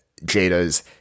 Jada's